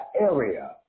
area